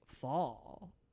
fall